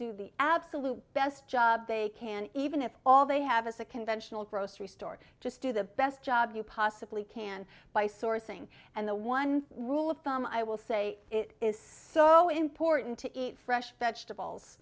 do the absolute best job they can even if all they have is a conventional grocery store just do the best job you possibly can by sourcing and the one rule of thumb i will say it is so important to eat fresh vegetables